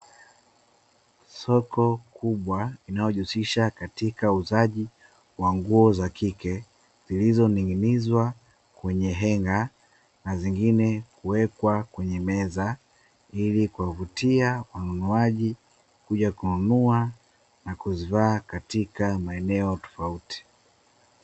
Soko kubwa linalojihusisha katika uuzaji wa nguo za kike, zilizoning'inizwa kwenye henga na zingine kuwekwa kwenye meza, ili kuwavutia wanunuaji kuja kununua na kuzivaa katika maeneo tofauti.